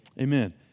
Amen